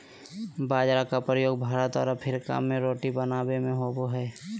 बाजरा के प्रयोग भारत और अफ्रीका में रोटी बनाबे में होबो हइ